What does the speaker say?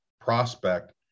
prospect